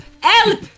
Help